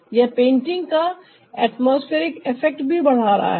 यह पेंटिंग का atmospheric effect भी बढा रहा है